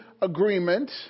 agreement